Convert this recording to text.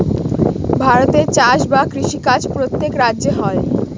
ভারতে চাষ বা কৃষি কাজ প্রত্যেক রাজ্যে হয়